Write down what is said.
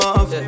off